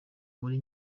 muri